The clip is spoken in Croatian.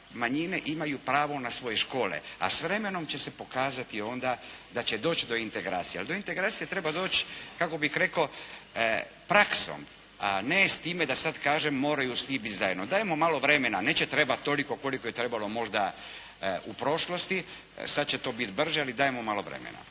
manjine imaju pravo na svoje škole a s vremenom će se pokazati onda da će doći do integracije, ali do integracije treba doći kako bih rekao praksom, ne s time da sad kažem moraju svi biti zajedno. Dajmo malo vremena, a neće trebati toliko koliko je trebalo možda u prošlosti. Sad će to biti brže ali dajmo malo vremena.